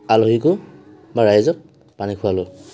আলহীকো বা ৰাইজক পানী খুৱালোঁ